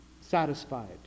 satisfied